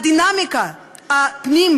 הדינמיקה של הפנים,